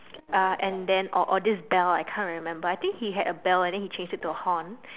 uh and then or or this bell I can't remember I think he had a bell and then he changed it to a horn